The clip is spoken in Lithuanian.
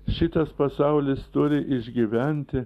šitas pasaulis turi išgyventi